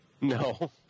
No